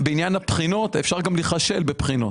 להזכיר שאפשר גם להיכשל בבחינות.